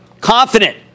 Confident